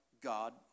God